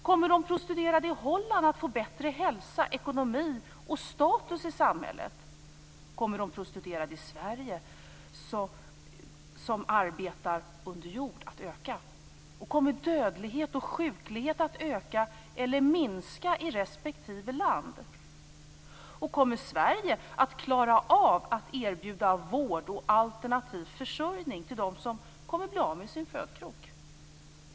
Kommer de prostituerade i Holland att få bättre hälsa, ekonomi och status i samhället? Kommer de prostituerade i Sverige som arbetar under jord att öka i antal? Kommer dödlighet och sjuklighet att öka eller minska i respektive land? Kommer Sverige att klara av att erbjuda vård och alternativ försörjning till dem som kommer att bli av med sin födkrok?